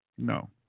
No